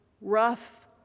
rough